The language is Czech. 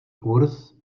kurz